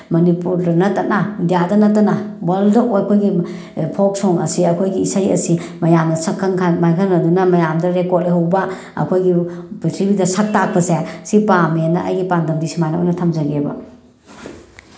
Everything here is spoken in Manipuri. ꯃꯅꯤꯄꯨꯔꯗ ꯅꯠꯇꯅ ꯏꯟꯗꯤꯌꯥꯗ ꯅꯠꯇꯅ ꯋꯔꯜꯗ ꯑꯩꯈꯣꯏꯒꯤ ꯐꯣꯛ ꯁꯣꯡ ꯑꯁꯦ ꯑꯩꯈꯣꯏꯒꯤ ꯏꯁꯩ ꯑꯁꯤ ꯃꯌꯥꯝꯅ ꯁꯛꯈꯪ ꯃꯥꯏꯈꯪꯅꯗꯨꯅ ꯃꯌꯥꯝꯗ ꯔꯦꯀꯣꯔꯗ ꯂꯩꯍꯧꯕ ꯑꯩꯈꯣꯏꯒꯤ ꯄ꯭ꯔꯤꯊꯤꯕꯤꯗ ꯁꯛ ꯇꯥꯛꯄꯁꯦ ꯁꯤ ꯄꯥꯝꯃꯦꯅ ꯑꯩꯒꯤ ꯄꯥꯟꯗꯝꯗꯤ ꯁꯨꯃꯥꯏꯅ ꯑꯣꯏꯅ ꯊꯝꯖꯒꯦꯕ